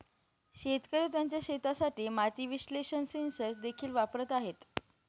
शेतकरी त्यांच्या शेतासाठी माती विश्लेषण सेन्सर देखील वापरत आहेत